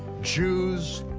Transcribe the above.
jews,